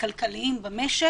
כלכליים במשק,